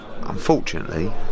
Unfortunately